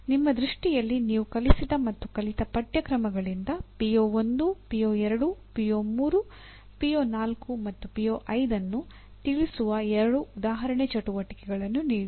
ನಿಮ್ಮ ದೃಷ್ಟಿಯಲ್ಲಿ ನೀವು ಕಲಿಸಿದ ಮತ್ತು ಕಲಿತ ಪಠ್ಯಕ್ರಮಗಳಿಂದ ಪಿಒ 1 ಪಿಒ 2 ಪಿಒ 3 ಪಿಒ 4 ಮತ್ತು ಪಿಒ 5 ಅನ್ನು ತಿಳಿಸುವ ಎರಡು ಉದಾಹರಣೆ ಚಟುವಟಿಕೆಗಳನ್ನು ನೀಡಿ